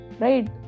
right